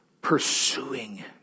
pursuing